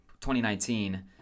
2019